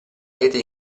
rete